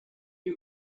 you